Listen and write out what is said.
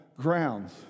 grounds